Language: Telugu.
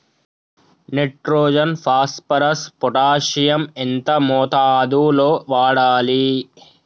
నైట్రోజన్ ఫాస్ఫరస్ పొటాషియం ఎంత మోతాదు లో వాడాలి?